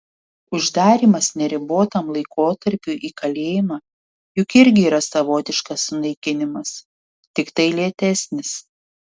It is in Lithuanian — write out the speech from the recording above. uždarymas neribotam laikotarpiui į kalėjimą juk irgi yra savotiškas sunaikinimas tiktai lėtesnis